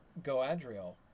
Goadriel